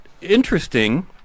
interesting